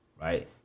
right